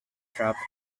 trapped